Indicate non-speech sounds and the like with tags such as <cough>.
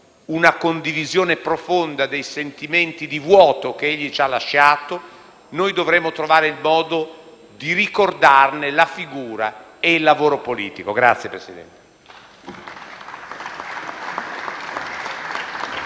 una condivisione profonda dei sentimenti di vuoto che egli ci ha lasciato, noi dovremmo trovare il modo di ricordarne la figura e il lavoro politico. <applause>